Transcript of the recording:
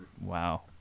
Wow